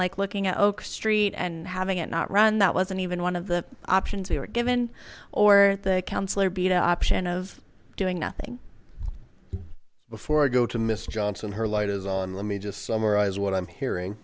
like looking at oak street and having it not run that wasn't even one of the options we were given or the counselor be the option of doing nothing before i go to mr johnson her light is on let me just summarize what i'm hearing